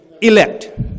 elect